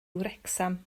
wrecsam